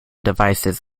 devices